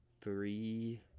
three